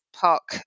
park